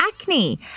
acne